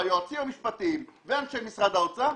והיועצים המשפטיים ואנשי משרד האוצר,